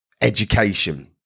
education